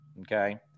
okay